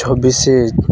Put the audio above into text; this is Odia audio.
ଛବିଶ